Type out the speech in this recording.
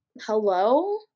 hello